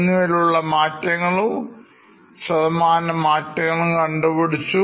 എന്നിവയിൽഉള്ള മാറ്റങ്ങളും ശതമാന മാറ്റങ്ങളും കണ്ടുപിടിച്ചു